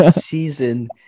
season